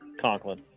Conklin